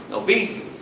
obesity?